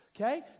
okay